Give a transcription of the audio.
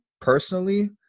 personally